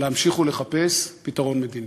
להמשיך ולחפש פתרון מדיני.